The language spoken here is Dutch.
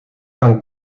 kan